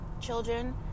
children